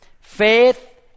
faith